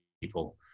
people